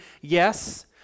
Yes